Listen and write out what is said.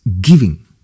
giving